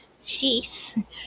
Jeez